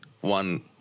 one